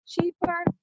cheaper